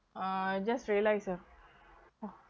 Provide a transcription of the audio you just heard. uh just realise ah !wah!